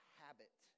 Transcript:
habit